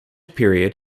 period